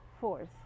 force